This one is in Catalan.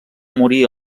morir